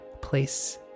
place